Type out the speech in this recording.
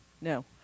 No